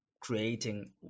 creating